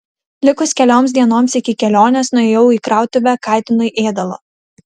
likus kelioms dienoms iki kelionės nuėjau į krautuvę katinui ėdalo